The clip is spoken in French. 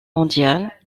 mondiale